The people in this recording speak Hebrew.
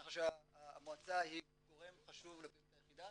כך שהמועצה היא גורם חשוב בפעילות היחידה.